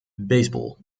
baseball